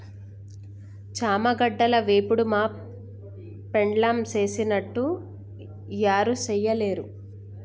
చామగడ్డల వేపుడు మా పెండ్లాం సేసినట్లు యారు సెయ్యలేరు